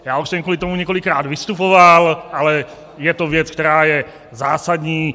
Já už jsem kvůli tomu několikrát vystupoval, ale je to věc, která je zásadní.